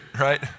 right